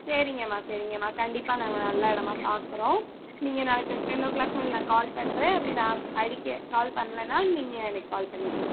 சரிங்கமா சரிங்கமா கண்டிப்பாக நாங்கள் நல்ல இடமா பார்க்குறோம் நீங்கள் நாளைக்கு டென் ஓ க்ளாக் மேலே நான் கால் பண்ணுறேன் அப்படி நான் அடிக்க கால் பண்ணலன்னா நீங்கள் எனக்கு கால் பண்ணிடுங்கள்